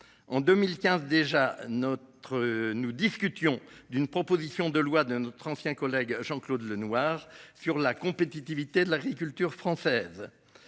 En 2015 déjà notre nous discutions d'une proposition de loi de notre ancien collègue Jean-Claude Lenoir sur la compétitivité de l'agriculture française.